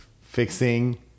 fixing